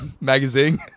magazine